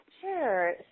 Sure